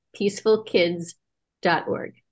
peacefulkids.org